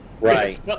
Right